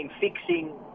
fixing